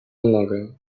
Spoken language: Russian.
многое